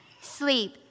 Sleep